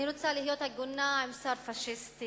אני רוצה להיות הגונה עם שר פאשיסטי,